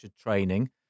training